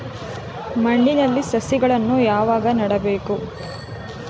ಮಣ್ಣಿನಲ್ಲಿ ಸಸಿಗಳನ್ನು ಯಾವಾಗ ನೆಡಬೇಕು?